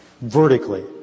vertically